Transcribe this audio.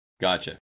Gotcha